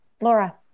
Laura